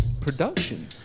production